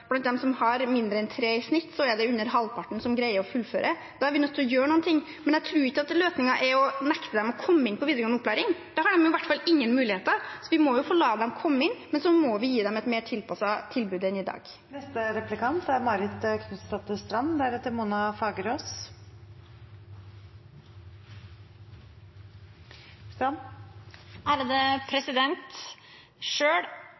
blant dem som har mindre enn 3 i snitt, er det under halvparten som greier å fullføre. Da er vi nødt til å gjøre noe, men jeg tror ikke løsningen er å nekte dem å komme inn på videregående opplæring – da har de i hvert fall ingen muligheter. Vi må la dem få komme inn, men så må vi gi dem et mer tilpasset tilbud enn i dag. Regjeringen liker å poengtere at det er